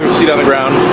seed on the ground